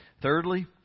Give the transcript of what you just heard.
Thirdly